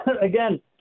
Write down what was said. again